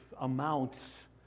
amounts